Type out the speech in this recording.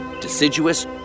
deciduous